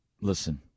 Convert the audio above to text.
listen